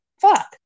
fuck